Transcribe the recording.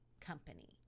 company